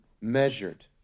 measured